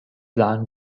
sahen